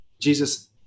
Jesus